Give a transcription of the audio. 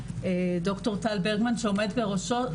ד"ר טל ברגמן שעומד בראשו.